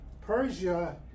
Persia